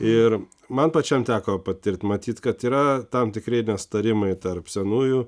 ir man pačiam teko patirt matyt kad yra tam tikri nesutarimai tarp senųjų